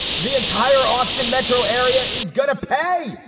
the entire austin metro area is gonna pay.